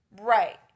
Right